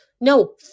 No